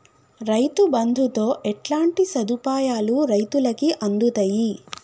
రైతు బంధుతో ఎట్లాంటి సదుపాయాలు రైతులకి అందుతయి?